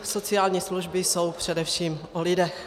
Sociální služby jsou především o lidech.